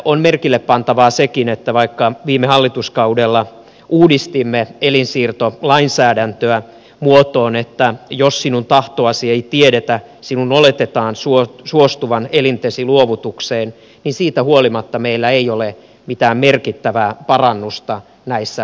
on merkille pantavaa sekin että vaikka viime hallituskaudella uudistimme elinsiirtolainsäädäntöä muotoon että jos sinun tahtoasi ei tiedetä sinun oletetaan suostuvan elintesi luovutukseen niin siitä huolimatta meillä ei ole mitään merkittävää parannusta näissä luovutuksissa tapahtunut